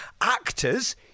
Actors